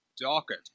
docket